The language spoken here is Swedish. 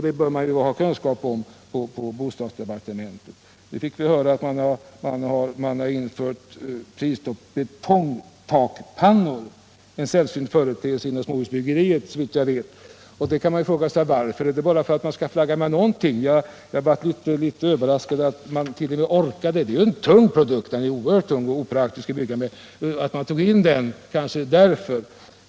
Detta bör man på bostadsdepartementet ha kunskap om. Nu fick vi höra att det införts prisstopp på betongtakpannor — en sällsynt företeelse inom småhusbyggeriet, såvitt jag vet. Här kan man fråga sig varför. Är det bara för att man tycker att man skall flagga med någonting? Jag blev ytterligt överraskad över att man orkade. Det är ju en tung produkt, oerhört tung och opraktisk. Trodde man den skulle vara ”tung” även i debatten?